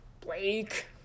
Blake